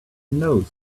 knows